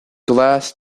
glass